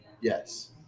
yes